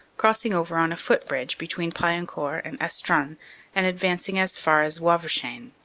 crossing over on a footbridge between paillencourt and estrun and advancing as far as wavrechain.